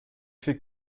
fait